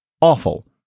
awful